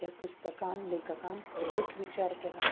त्या पुस्तकांत लेखकान खुबूच विचार केला